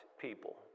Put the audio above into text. people